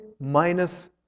minus